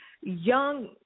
young